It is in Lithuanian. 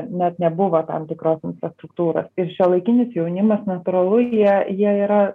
net nebuvo tam tikros infrastruktūros ir šiuolaikinis jaunimas natūralu jie jie yra